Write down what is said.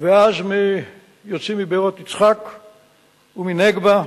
ואז יוצאים מבארות-יצחק ומנגבה,